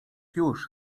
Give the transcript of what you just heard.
już